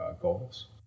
goals